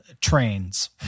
trains